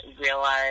realize